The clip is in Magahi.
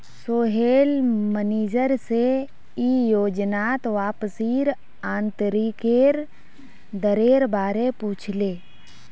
सोहेल मनिजर से ई योजनात वापसीर आंतरिक दरेर बारे पुछले